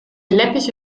läppische